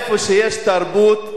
איפה שיש תרבות,